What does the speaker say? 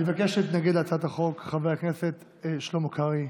מבקש להתנגד להצעת החוק חבר הכנסת שלמה קרעי.